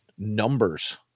Numbers